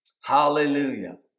Hallelujah